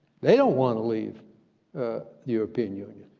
they don't want to leave the european union,